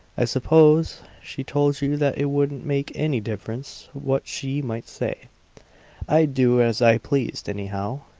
i suppose she told you that it wouldn't make any difference what she might say i'd do as i pleased anyhow.